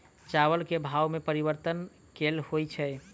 चावल केँ भाव मे परिवर्तन केल होइ छै?